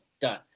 done